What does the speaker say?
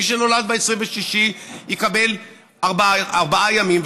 מי שנולד ב-26 יקבל ארבעה ימים,